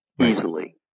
easily